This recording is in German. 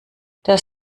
das